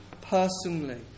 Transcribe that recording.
personally